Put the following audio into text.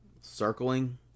circling